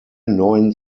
neuen